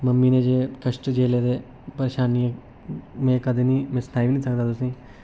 mummy ने जे कश्ट झेल्ले दे परेशानियां में कदें निं में सनाई बी सकदा तुसेंगी